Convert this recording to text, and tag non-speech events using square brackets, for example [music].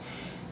[breath]